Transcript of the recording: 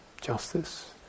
Justice